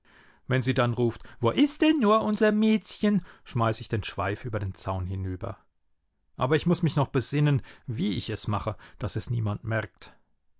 wenn sie dann ruft wo ist denn nur unser miezchen schmeiße ich den schweif über den zaun hinüber aber ich muß mich noch besinnen wie ich es mache daß es niemand merkt